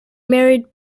married